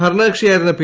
ഭരണകക്ഷിയായിരുന്ന P